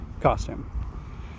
costume